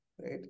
Right